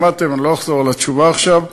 שמעתם, אני לא אחזור על התשובה עכשיו.